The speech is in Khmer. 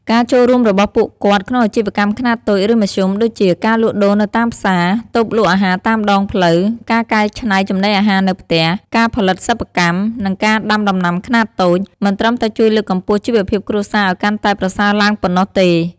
ការចូលរួមរបស់ពួកគាត់ក្នុងអាជីវកម្មខ្នាតតូច ឬមធ្យម ដូចជា ការលក់ដូរនៅតាមផ្សារ តូបលក់អាហារតាមដងផ្លូវ ការកែច្នៃចំណីអាហារនៅផ្ទះ ការផលិតសិប្បកម្ម និងការដាំដំណាំខ្នាតតូច មិនត្រឹមតែជួយលើកកម្ពស់ជីវភាពគ្រួសារឱ្យកាន់តែប្រសើរឡើងប៉ុណ្ណោះទេ។